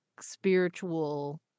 spiritual